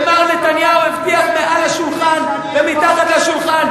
ומר נתניהו הבטיח מעל השולחן ומתחת לשולחן.